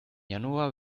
januar